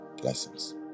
Blessings